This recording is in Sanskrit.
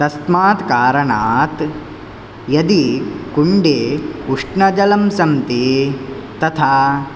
तस्मात् कारणात् यदि कुण्डे उष्णजलं सन्ति तथा